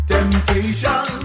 Temptation